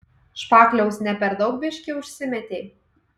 špakliaus ne per daug biškį užsimetei